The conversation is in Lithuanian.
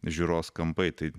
žiūros kampai taip